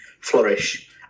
flourish